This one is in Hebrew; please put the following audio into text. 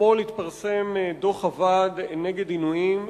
אתמול התפרסם דוח הוועד נגד עינויים,